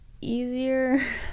easier